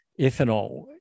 ethanol